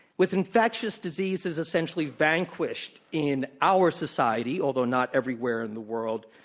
with infectious diseases essentially vanquished in our society, although not everywhere in the world,